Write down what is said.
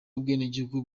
ubwenegihugu